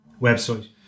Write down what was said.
website